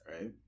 Right